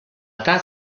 eta